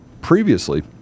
previously